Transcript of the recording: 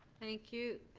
thank you.